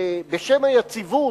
בשם היציבות,